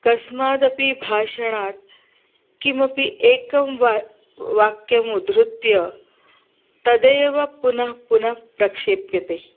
कस्मादपि भाषणात् किमपि एकं वाक् वाक्यम् उद्धृत्य तदेव पुनः पुनः प्रक्षेप्यते